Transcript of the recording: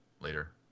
later